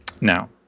Now